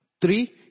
three